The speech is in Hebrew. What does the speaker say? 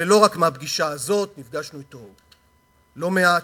ולא רק מהפגישה הזאת, נפגשנו אתו לא מעט,